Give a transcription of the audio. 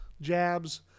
jabs